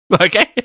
Okay